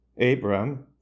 Abram